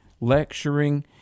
lecturing